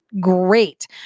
great